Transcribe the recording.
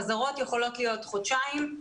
חזרות יכולות להיות חודשיים,